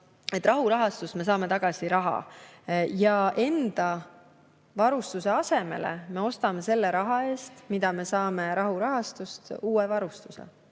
Rahurahastust me saame tagasi raha ja enda [ära antud] varustuse asemele me ostame selle raha eest, mille me saame rahurahastust, uue varustuse.